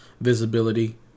visibility